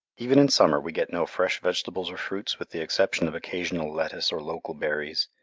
even in summer we get no fresh vegetables or fruits with the exception of occasional lettuce or local berries.